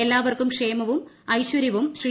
എല്ലാവർക്കും ക്ഷേമവും ഐശ്വര്യവും ശ്രീ